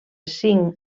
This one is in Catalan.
cinc